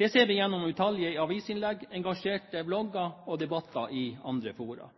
Det ser vi gjennom utallige avisinnlegg, engasjerte blogger og debatter i andre fora.